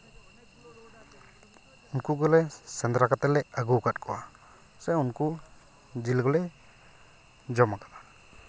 ᱩᱱᱠᱩ ᱠᱚᱞᱮ ᱥᱮᱸᱫᱽᱨᱟ ᱠᱟᱛᱮᱞᱮ ᱟᱹᱜᱩᱣᱟᱠᱟᱫ ᱠᱚᱣᱟ ᱥᱮ ᱩᱱᱠᱩ ᱡᱤᱞ ᱠᱚᱞᱮ ᱡᱚᱢᱟᱠᱟᱫᱟ